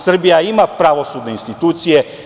Srbija ima pravosudne institucije.